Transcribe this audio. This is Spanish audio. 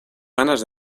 ganas